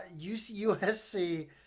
USC